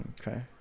Okay